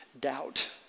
doubt